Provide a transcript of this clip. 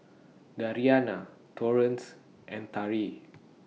Dariana Torrance and Tari